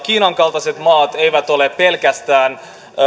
kiinan kaltaiset maat eivät ole pelkästään